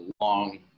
long